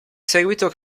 seguito